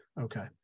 Okay